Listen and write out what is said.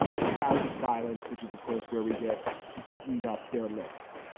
but vows of silence, which is, of course, where we get buttoned up their lips.